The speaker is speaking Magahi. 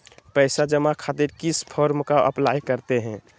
पैसा जमा खातिर किस फॉर्म का अप्लाई करते हैं?